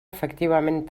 efectivament